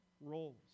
roles